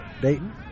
Dayton